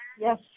Yes